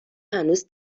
هنوز